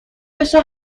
بشه